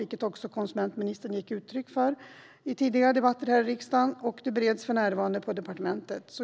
Det har konsumentministern också gett uttryck för i tidigare debatter här i riksdagen. Frågan bereds för närvarande på departementet.